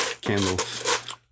candles